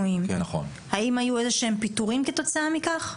האם היו איזה שהם פיטורים כתוצאה מכך?